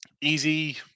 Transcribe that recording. easy